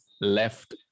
left